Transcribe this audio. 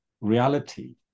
reality